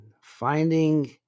Finding